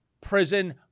prison